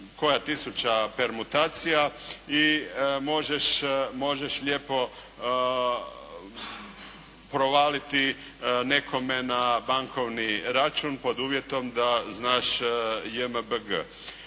koja tisuća permutacija i možeš lijepo provaliti nekome na bankovni račun pod uvjetom da znaš JMBG.